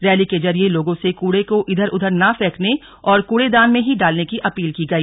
rally के जरिए लोगों से कूड़े को इधर उधर न फेकने और कूड़ेदान में ही डालने की अपील की गई